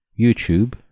YouTube